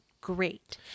great